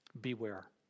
Beware